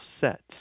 sets